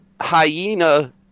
hyena